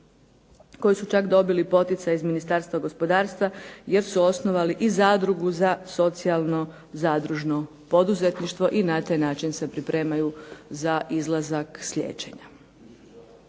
koji su čak dobili poticaj iz Ministarstva gospodarstva jer su osnovali i zadrugu za socijalno zadružno poduzetništvo i na taj način se pripremaju za izlazak s liječenja.